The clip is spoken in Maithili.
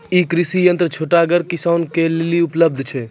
ई कृषि यंत्र छोटगर किसानक लेल उपलव्ध छै?